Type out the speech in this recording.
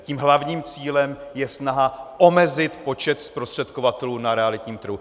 Tím hlavním cílem je snaha omezit počet zprostředkovatelů na realitním trhu.